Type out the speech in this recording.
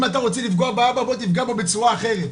אם אתה רוצה לפגוע באבא, בוא תפגע בו בצורה אחרת.